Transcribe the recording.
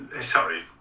sorry